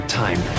time